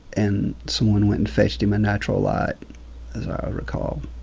and someone went and fetched him a natural light, as i recall.